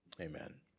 Amen